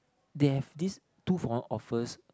they have this two for one offers